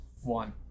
One